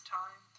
time